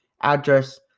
address